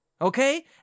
Okay